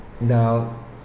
Now